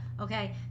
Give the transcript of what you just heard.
okay